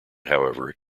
however